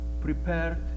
prepared